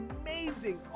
amazing